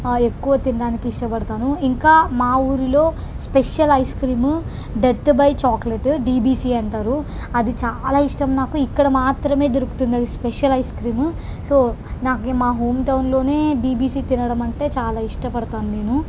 ఎక్కువ తినడానికి ఇష్టపడతాను ఇంకా మా ఊరిలో special ice cream death by chocolate DBC అంటారు అది చాలా ఇష్టం నాకు ఇక్కడ మాత్రమే దొరుకుతుంది అది స్పెషల్ ఐస్ క్రీము సో నాకు మా హోమ్ టౌన్లో డీబీసి తినడం అంటే చాలా ఇష్టపడతాను నేను